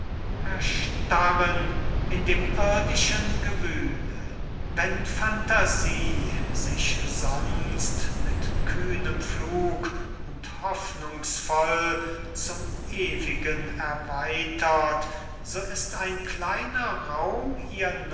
erstarren in dem irdischen gewühle wenn phantasie sich sonst mit kühnem flug und hoffnungsvoll zum ewigen erweitert so ist ein kleiner raum ihr